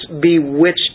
bewitched